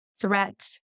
threat